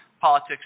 Politics